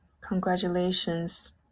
Congratulations